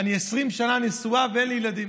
אני 20 שנה נשואה ואין לי ילדים,